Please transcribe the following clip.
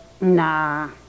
Nah